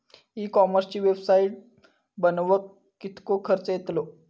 E कॉमर्सची website बनवक किततो खर्च येतलो?